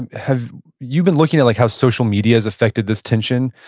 and have you been looking at like how social media has affected this tension?